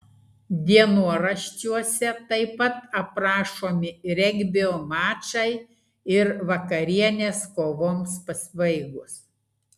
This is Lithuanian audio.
dienoraščiuose taip pat aprašomi regbio mačai ir vakarienės kovoms pasibaigus